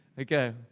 Okay